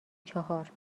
چهار